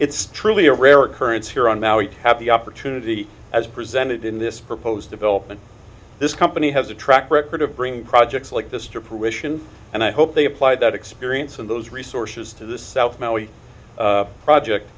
it's truly a rare occurrence here and now you have the opportunity as presented in this proposed development this company has a track record of bringing projects like this to permission and i hope they apply that experience in those resources to the south maui project